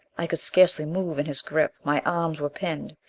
i could scarcely move in his grip. my arms were pinned.